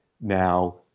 now